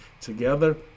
together